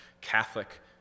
Catholic